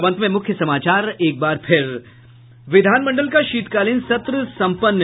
और अब अंत में मुख्य समाचार एक बार फिर विधान मंडल का शीतकालीन सत्र सम्पन्न